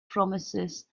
promises